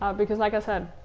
ah because like i said,